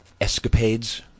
escapades